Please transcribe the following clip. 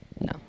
No